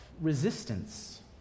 Resistance